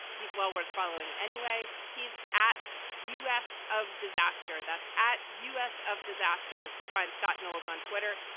he's well worth following anyway. he's at u s. of disaster. that's at us of disaster to find scott knowles on twitter.